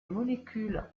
molécules